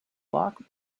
flock